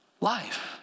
Life